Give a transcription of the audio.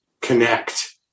connect